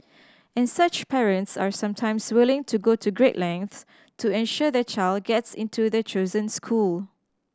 and such parents are sometimes willing to go to great lengths to ensure their child gets into their chosen school